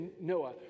Noah